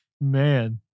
Man